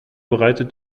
bereitet